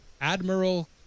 Admiral